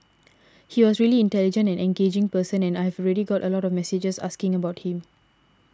he was a really intelligent and engaging person and I've already got a lot of messages asking about him